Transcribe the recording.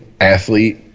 athlete